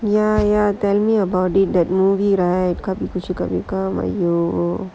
ya ya tell me about it that movie right mmhmm